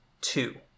two